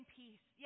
peace